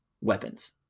weapons